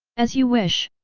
as you wish!